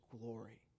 glory